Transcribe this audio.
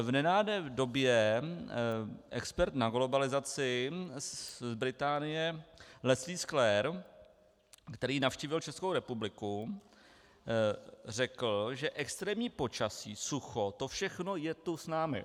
V nedávné době expert na globalizaci z Británie Leslie Sklair, který navštívil Českou republiku, řekl, že extrémní počasí, sucho, to všechno je tu s námi.